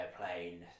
airplane